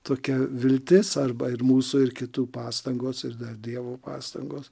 tokia viltis arba ir mūsų ir kitų pastangos ir dar dievo pastangos